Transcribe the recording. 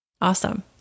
Awesome